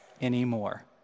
anymore